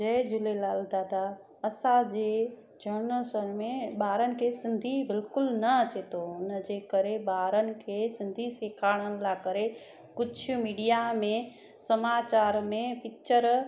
जय झूलेलाल दादा असांजे चरणनि सन में ॿारनि खे सिंधी बिल्कुलु न अचे थो उन जे करे ॿारनि खे सिंधी सेखारण लाइ करे कुझु मीडिया में समाचार में पिचर